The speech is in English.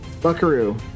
Buckaroo